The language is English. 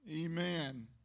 Amen